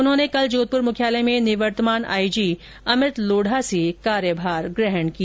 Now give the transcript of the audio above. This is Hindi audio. उन्होंने कल जोधपुर मुख्यालय में निवर्तमान आइजी अमित लोढ़ा से कार्यभार ग्रहण किया